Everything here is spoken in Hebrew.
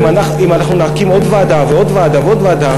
אם אנחנו נקים עוד ועדה ועוד ועדה ועוד ועדה,